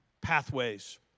Pathways